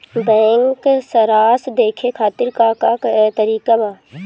Bank सराश देखे खातिर का का तरीका बा?